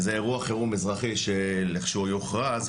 וזה אירוע חירום אזרחי שלכשהוא יוכרז,